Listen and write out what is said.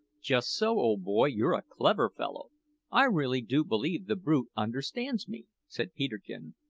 just so, old boy you're a clever fellow i really do believe the brute understands me! said peterkin,